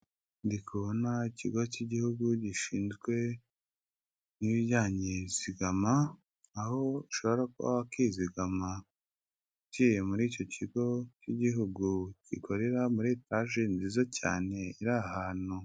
Ndikubona ikigo cy'igihugu gishinzwe ibijyanye zigama, aho ushobora kwizigama uciye muri icyo kigo cy'igihugu gikorera muri etage nziza cyane iri ahantu...